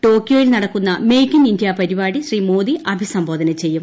ടോക്കിയോയിൽ നടക്കുന്ന make in India പരിപാടി ശ്രീ മോദി അഭിസംബോധന ചെയ്യും